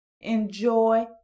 Enjoy